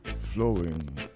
flowing